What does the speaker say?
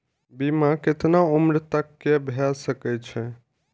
बीमा केतना उम्र तक के भे सके छै?